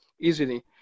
easily